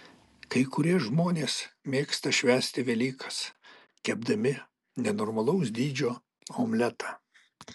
kai kurie žmonės mėgsta švęsti velykas kepdami nenormalaus dydžio omletą